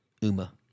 Uma